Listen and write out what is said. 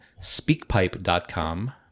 SpeakPipe.com